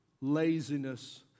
Laziness